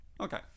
okay